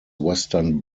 western